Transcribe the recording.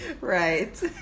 right